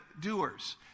doers